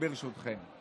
ברשותכם.